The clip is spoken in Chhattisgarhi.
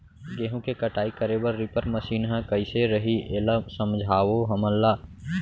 गेहूँ के कटाई करे बर रीपर मशीन ह कइसे रही, एला समझाओ हमन ल?